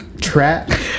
trap